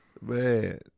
Man